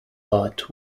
but